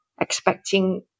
expecting